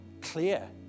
clear